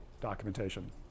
documentation